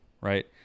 right